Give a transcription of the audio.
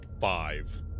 Five